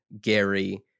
Gary